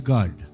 God